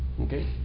okay